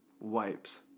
wipes